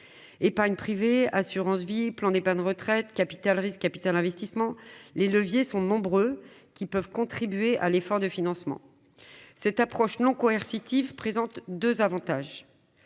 Épargne privée, assurance vie, plan d'épargne retraite, capital-risque, capital investissement, etc. : les leviers sont nombreux qui peuvent contribuer à l'effort de financement. Cette approche non coercitive présente deux avantages